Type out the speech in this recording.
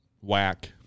whack